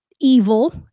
evil